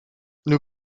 nous